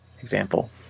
example